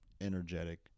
energetic